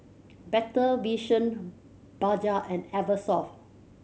Better Vision Bajaj and Eversoft